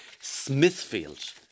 Smithfield